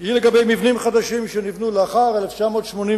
היא לגבי מבנים חדשים, שנבנו לאחר 1986,